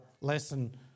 lesson